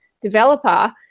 developer